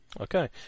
Okay